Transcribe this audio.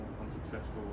unsuccessful